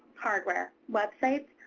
hardware, websites,